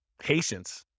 Patience